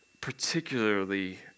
particularly